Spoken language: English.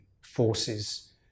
forces